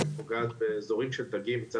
ופוגעת באזורים של דגים.